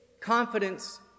confidence